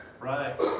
Right